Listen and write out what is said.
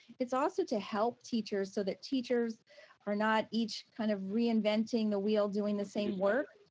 it's also to help teachers so that teachers are not each kind of reinventing the wheel doing the same work.